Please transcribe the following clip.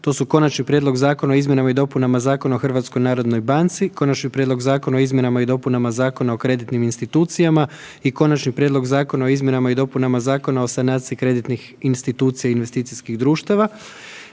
to su Konačni prijedlog Zakona o izmjenama i dopunama Zakona o HNB-u, Konačni prijedlog Zakona o izmjenama i dopunama Zakona o kreditnim institucijama i Konačni prijedlog Zakona o izmjenama i dopunama Zakona o sanaciji kreditnih institucija i investicijskih društava.